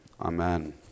Amen